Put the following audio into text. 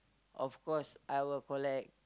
of course I will collect